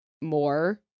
more